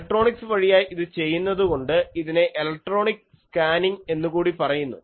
electronics വഴിയായി ഇത് ചെയ്യുന്നത് കൊണ്ട് ഇതിനെ ഇലക്ട്രോണിക് സ്കാനിങ് എന്ന് കൂടി പറയുന്നു